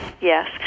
Yes